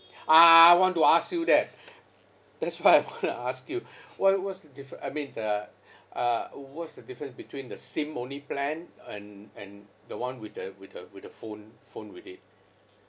ah I want to ask you that that's what I want to ask you what what's the diffe~ I mean the uh what's the difference between the SIM only plan and and the one with the with the with the phone phone with it